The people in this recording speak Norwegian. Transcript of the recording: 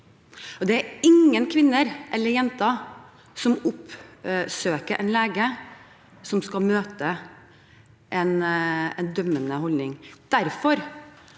og ingen kvinner eller jenter som oppsøker en lege, skal møte en dømmende holdning.